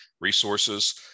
resources